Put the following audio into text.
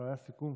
היה סיכום.